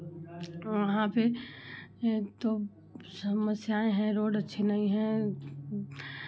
वहाँ पे तो समस्याएं हैं रोड अच्छी नहीं हैं